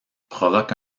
provoque